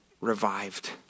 revived